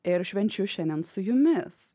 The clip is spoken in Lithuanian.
ir švenčiu šiandien su jumis